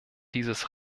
dieses